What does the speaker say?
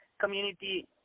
community